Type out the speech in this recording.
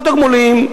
בקופות תגמולים,